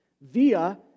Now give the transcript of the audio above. via